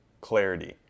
clarity